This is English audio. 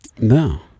No